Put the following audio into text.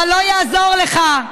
אבל לא יעזור לך.